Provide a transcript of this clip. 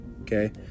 okay